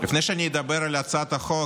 לפני שאני אדבר על הצעת החוק,